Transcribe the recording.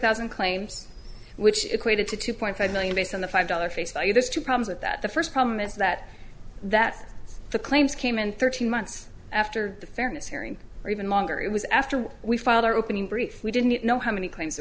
thousand claims which equated to two point five million based on the five dollars face value there's two problems with that the first problem is that that the claims came in thirteen months after the fairness hearing or even longer it was after we filed our opening brief we didn't know how many claims th